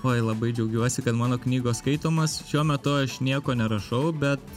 oi labai džiaugiuosi kad mano knygos skaitomos šiuo metu aš nieko nerašau bet